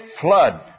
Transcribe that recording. flood